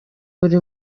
buri